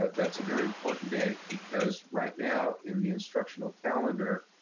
that's a very important day, because right now in the instructional calendar,